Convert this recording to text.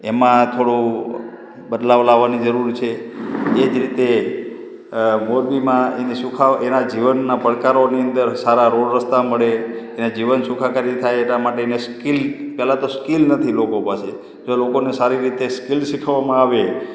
એમાં થોડો બદલાવ લાવવાની જરુર છે એ જ રીતે અ મોરબીમાં એની સુખાવ એના જીવનના પડકારોની અંદર સારા રોડ રસ્તા મળે અને જીવન સુખાકારી થાય એટલા માટે એને સ્કીલ પહેલાં તો સ્કીલ નથી લોકો પાસે જો લોકોને સારી રીતે સ્કીલ શીખવવામાં આવે